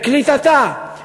בקליטתה,